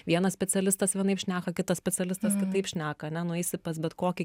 vienas specialistas vienaip šneka kitas specialistas kitaip šneka ane nueisi pas bet kokį